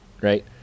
right